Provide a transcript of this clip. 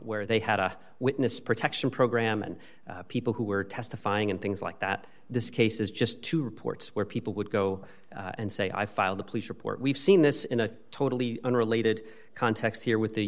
where they had a witness protection program and people who were testifying and things like that this case is just two reports where people would go and say i filed a police report we've seen this in a totally unrelated context here with the